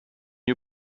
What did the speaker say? you